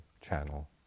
channel